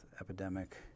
epidemic